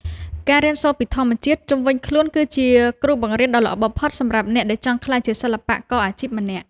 ការរៀនសូត្រពីធម្មជាតិជុំវិញខ្លួនគឺជាគ្រូបង្រៀនដ៏ល្អបំផុតសម្រាប់អ្នកដែលចង់ក្លាយជាសិល្បករអាជីពម្នាក់។